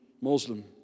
Muslim